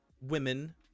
women